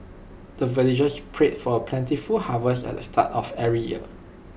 the villagers pray for plentiful harvest at the start of every year